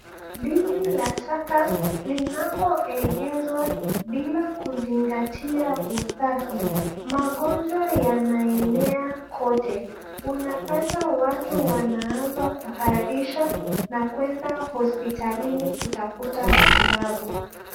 Biwi la taka linapoegezwa bila kuzingatia usafi magonjwa yanaenea kote, unapata watu wanaanza kuharisha na kwenda hospitalini kutafuta matibabu.